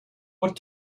what